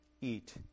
eat